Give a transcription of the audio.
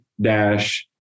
dash